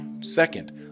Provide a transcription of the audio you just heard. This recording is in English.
Second